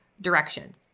direction